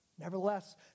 Nevertheless